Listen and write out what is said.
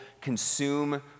consume